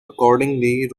accordingly